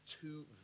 two